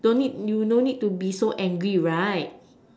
don't need you no need to be so angry right